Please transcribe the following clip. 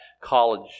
college